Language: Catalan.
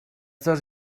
dos